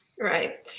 Right